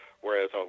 Whereas